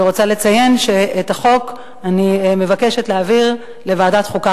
ורוצה לציין שאת החוק אני מבקשת להעביר לוועדת החוקה,